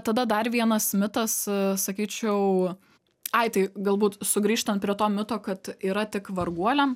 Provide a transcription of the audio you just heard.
tada dar vienas mitas sakyčiau ai tai galbūt sugrįžtant prie to mito kad yra tik varguoliam